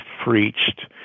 preached